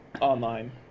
online